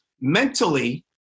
mentally